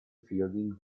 fielding